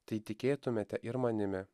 tai tikėtumėte ir manimi